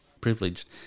privileged